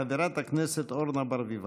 חברת הכנסת אורנה ברביבאי.